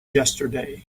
yesterday